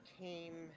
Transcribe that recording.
came